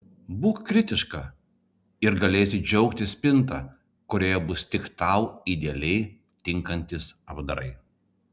būk kritiška ir galėsi džiaugtis spinta kurioje bus tik tau idealiai tinkantys apdarai